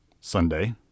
Sunday